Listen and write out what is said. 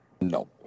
no